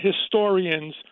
historians